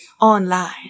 online